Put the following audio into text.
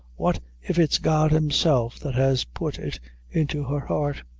what if it's god himself that has put it into her heart?